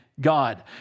God